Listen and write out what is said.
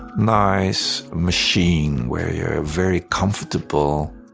nice machine where you're very comfortable